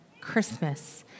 Christmas